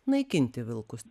naikinti vilkus